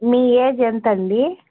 మీ age ఎంత అండి